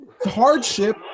hardship